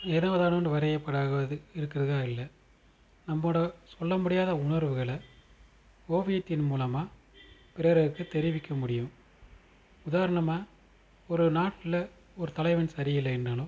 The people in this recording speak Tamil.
ஏதோ தானோனு வரையப்படாகுவது இருக்கிறதாக இல்லை நம்பளோடய சொல்ல முடியாத உணர்வுகளை ஓவியத்தின் மூலமாக பிறருக்கும் தெரிவிக்க முடியும் உதாரணமாக ஒரு நாட்டுல ஒரு தலைவன் சரியில்லைன்னாலோ